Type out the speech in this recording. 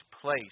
place